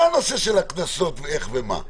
לא נושא הקנסות איך ומה,